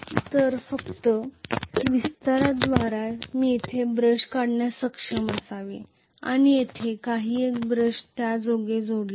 तर फक्त विस्ताराद्वारे मी येथे ब्रश काढण्यास सक्षम असावे आणि येथे आणखी एक ब्रश आहे ज्यायोगे हे जोडलेले आहे